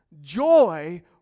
Joy